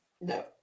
No